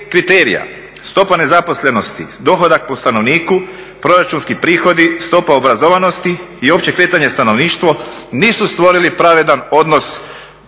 kriterija, stopa nezaposlenosti, dohodak po stanovniku, proračunski prihodi, stopa obrazovanosti i opće kretanje stanovništva nisu stvorili pravedan odnos